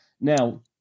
now